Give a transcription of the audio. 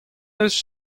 eus